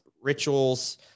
rituals